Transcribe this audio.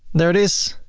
there it is,